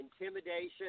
intimidation